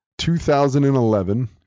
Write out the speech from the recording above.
2011